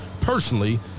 personally